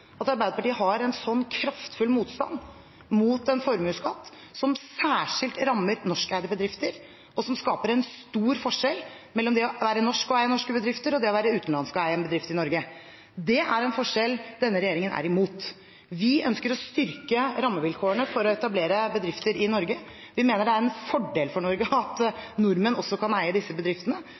at Arbeiderpartiet har en sånn kraftfull motstand mot en formuesskatt som særskilt rammer norskeide bedrifter, og som skaper stor forskjell mellom det å være norsk og eie norske bedrifter og det å være utenlandsk og eie en bedrift i Norge. Det er en forskjell denne regjeringen er imot. Vi ønsker å styrke rammevilkårene for å etablere bedrifter i Norge. Vi mener det er en fordel for Norge at nordmenn også kan eie disse bedriftene.